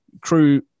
crew